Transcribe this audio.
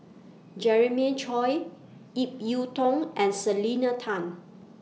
Jeremiah Choy Ip Yiu Tung and Selena Tan